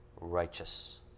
righteous